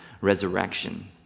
resurrection